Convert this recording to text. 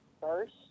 first